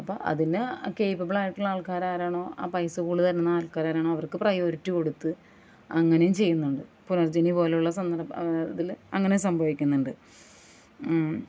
അപ്പം അതിന് കേപ്പബ്ളായിട്ടുള്ള ആൾക്കാർ ആരാണോ പൈസ കൂടുതൽ തരുന്നത് ആൾക്കാർ ആരാണോ അവർക്ക് പ്രയോരിറ്റി കൊടുത്ത് അങ്ങനെയും ചെയ്യുന്നുണ്ട് പുനർജ്ജനി പോലെയുള്ള സന്ദർഭം ഇതിൽ അങ്ങനെ സംഭവിക്കുന്നുണ്ട്